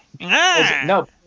no